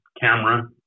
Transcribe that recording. camera